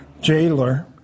jailer